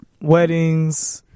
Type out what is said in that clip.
weddings